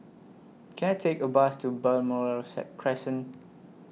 Can I Take A Bus to Balmoral Said Crescent